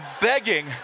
begging